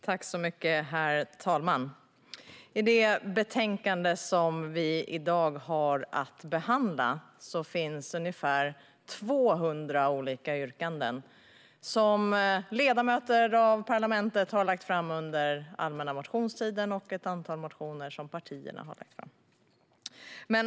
Herr talman! I det betänkande som vi i dag har att behandla finns ungefär 200 olika yrkanden som ledamöter av parlamentet har lagt fram under allmänna motionstiden samt ett antal motioner som partierna har lagt fram.